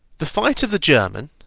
the fight of the german,